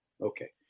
Okay